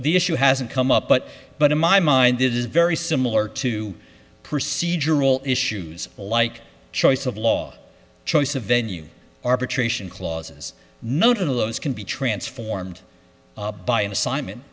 the issue hasn't come up but but in my mind it is very similar to procedural issues like choice of law choice of venue arbitration clauses note of those can be transformed by an assignment